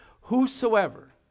whosoever